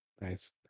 Nice